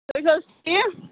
تُہۍ چھُو حظ ٹھیٖک